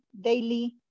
daily